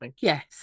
Yes